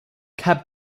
cab